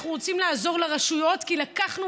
אנחנו רוצים לעזור לרשויות כי לקחנו